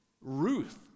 Ruth